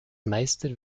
meister